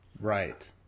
Right